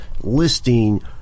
listing